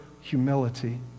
humility